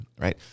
right